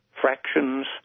fractions